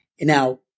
Now